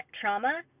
trauma